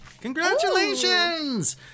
Congratulations